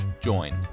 join